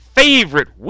favorite